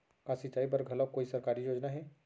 का सिंचाई बर घलो कोई सरकारी योजना हे?